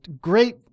Great